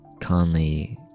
Conley